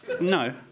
no